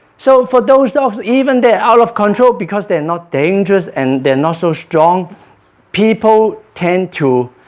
so for those dogs even they're out of control because they're not dangerous and they're not so strong people tend to